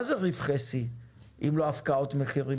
מה זה רווחי שיא אם לא הפקעות מחירים?